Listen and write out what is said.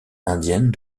indienne